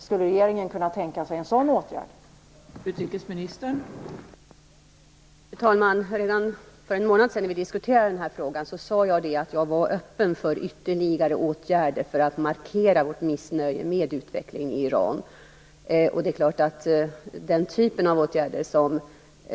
Skulle regeringen kunna tänka sig en sådan åtgärd?